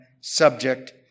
subject